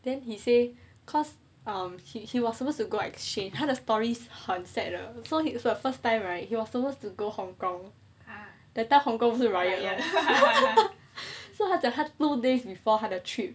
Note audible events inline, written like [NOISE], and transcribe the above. then he say cause um he he was supposed to go exchange 他的 stories 很 sad 的 so he was like first time right he was supposed to go hong kong that time hong kong 是 riot [LAUGHS] ya so 他讲 two days before 他的 trip